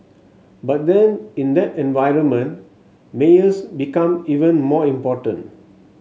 but then in that environment mayors become even more important